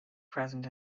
present